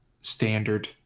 standard